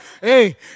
Hey